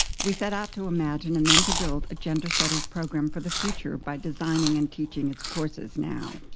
we set out to imagine and then to build a gender studies program for the future by designing and teaching its courses now.